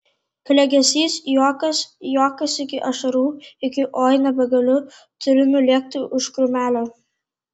klegesys juokas juokas iki ašarų iki oi nebegaliu turiu nulėkti už krūmelio